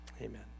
Amen